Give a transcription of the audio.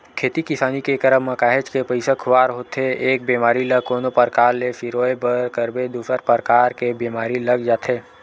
खेती किसानी के करब म काहेच के पइसा खुवार होथे एक बेमारी ल कोनो परकार ले सिरोय बर करबे दूसर परकार के बीमारी लग जाथे